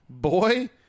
Boy